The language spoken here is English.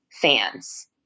fans